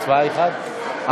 התשע"ז 2016,